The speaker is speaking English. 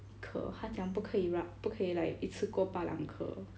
一颗他讲不可以 r~ 不可以 like 一次过拔两颗